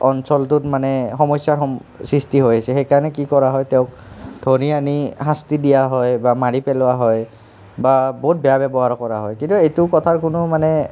অঞ্চলটোত মানে সমস্যাৰ সৃষ্টি হৈ আছে সেইকাৰণে কি কৰা হয় তেওঁক ধৰি আনি শাস্তি দিয়া হয় বা মাৰি পেলোৱা হয় বা বহুত বেয়া ব্যৱহাৰ কৰা হয় কিন্তু এইটো কথাৰ কোনো মানে